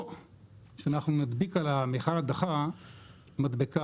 או שאנחנו נדביק על המיכל הדחה מדבקה